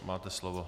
Máte slovo.